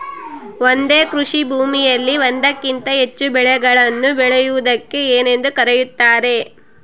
ಒಂದೇ ಕೃಷಿಭೂಮಿಯಲ್ಲಿ ಒಂದಕ್ಕಿಂತ ಹೆಚ್ಚು ಬೆಳೆಗಳನ್ನು ಬೆಳೆಯುವುದಕ್ಕೆ ಏನೆಂದು ಕರೆಯುತ್ತಾರೆ?